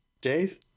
Dave